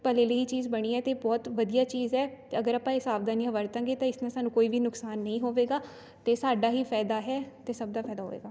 ਭਲੇ ਲਈ ਹੀ ਇਹ ਚੀਜ਼ ਬਣੀ ਹੈ ਅਤੇ ਬਹੁਤ ਵਧੀਆ ਚੀਜ਼ ਹੈ ਅਗਰ ਆਪਾਂ ਇਹ ਸਾਵਧਾਨੀਆਂ ਵਰਤਾਂਗੇ ਤਾਂ ਇਸ ਨਾਲ਼ ਸਾਨੂੰ ਕੋਈ ਵੀ ਨੁਕਸਾਨ ਨਹੀਂ ਹੋਵੇਗਾ ਅਤੇ ਸਾਡਾ ਹੀ ਫਾਇਦਾ ਹੈ ਤੇ ਸਭ ਦਾ ਫਾਇਦਾ ਹੋਵੇਗਾ